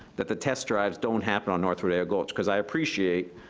that the test drives don't happen on north rodeo gulch. because i appreciate,